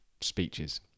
speeches